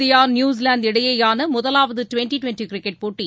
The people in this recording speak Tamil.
இந்தியா நியூஸிலாந்து இடையேயான முதலாவது டிவெண்டி டிவெண்டி கிரிக்கெட் போட்டி